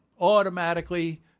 Automatically